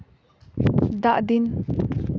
ᱫᱟᱜ ᱫᱤᱱ